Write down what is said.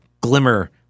glimmer